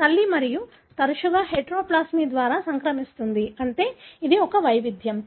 తల్లి మరియు తరచుగా హెటెరోప్లాస్మి ద్వారా సంక్రమిస్తుంది అంటే ఇది ఒక వైవిధ్యం